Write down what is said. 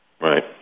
Right